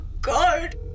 god